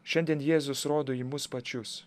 šiandien jėzus rodo į mus pačius